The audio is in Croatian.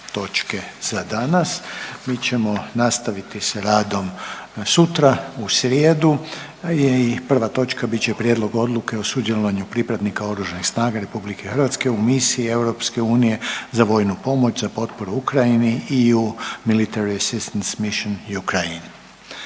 točke za danas. Mi ćemo nastaviti s radom sutra u srijedu je i prva točka bit će Prijedlog Odluke o sudjelovanju pripadnika Oružanih snaga RH u misiji EU za vojnu pomoć za potporu Ukrajini „EU Military Assistance Mission – Ukraine“.